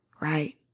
right